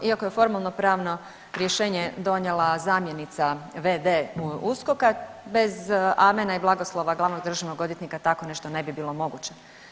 Iako je formalno pravno rješenje donijela zamjenica v.d. USKOK-a bez amena i blagoslova glavnog državnog odvjetnika tako nešto ne bi bilo moguće.